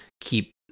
keep